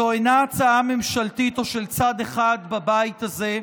זו אינה הצעה ממשלתית או של צד אחד בבית הזה,